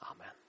Amen